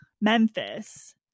Memphis